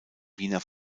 wiener